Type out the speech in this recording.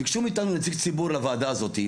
ביקשו מאיתנו נציג ציבור לוועדה זאת.